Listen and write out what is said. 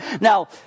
Now